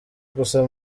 gusa